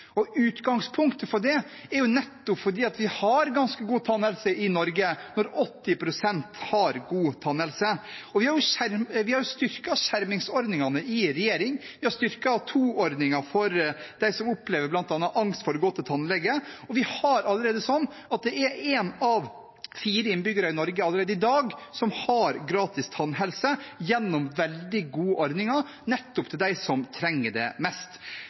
og utgangspunktet for det er nettopp at vi har ganske god tannhelse i Norge, når 80 pst. har god tannhelse. Vi har i regjering styrket skjermingsordningene. Vi har styrket TOO-ordningen for dem som opplever bl.a. angst for å gå til tannlege, og det er allerede i dag sånn at én av fire innbyggere i Norge har gratis tannhelse gjennom veldig gode ordninger, nettopp til dem som trenger det mest.